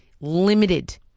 limited